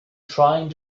trying